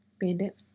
Bandit